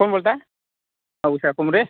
कोण बोलत आहे हां उषा कुमरे